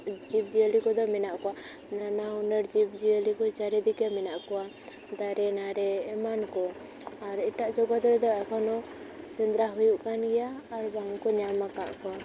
ᱡᱤᱵᱽᱼᱡᱤᱭᱟᱹᱞᱤ ᱠᱚᱫᱚ ᱢᱮᱱᱟᱜ ᱠᱚᱣᱟ ᱱᱟᱱᱟ ᱦᱩᱱᱟᱹᱨ ᱡᱤᱵᱽᱼᱡᱤᱭᱟᱹᱞᱤ ᱠᱚᱜᱮ ᱪᱟᱨᱤᱫᱤᱠᱮ ᱢᱮᱱᱟᱜ ᱠᱚᱣᱟ ᱫᱟᱨᱮ ᱱᱟᱹᱲᱤ ᱮᱢᱟᱱ ᱠᱚ ᱟᱨ ᱮᱴᱟᱜ ᱡᱚᱜᱚᱛ ᱨᱮᱫᱚ ᱮᱠᱷᱚᱱᱳ ᱥᱮᱸᱫᱽᱨᱟ ᱦᱩᱭᱩᱜ ᱠᱟᱱ ᱜᱮᱭᱟ ᱟᱨ ᱵᱟᱝᱠᱚ ᱧᱟᱢ ᱟᱠᱟᱫ ᱠᱚᱣᱟ